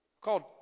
Called